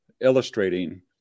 illustrating